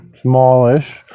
smallish